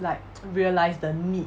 like realise the need